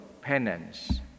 penance